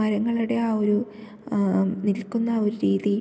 മരങ്ങളുടെ ആ ഒരു നിൽക്കുന്ന ആ ഒരു രീതി